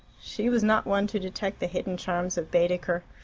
she was not one to detect the hidden charms of baedeker.